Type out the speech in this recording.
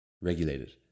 regulated